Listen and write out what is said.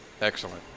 Excellent